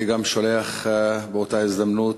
אני גם שולח באותה הזדמנות,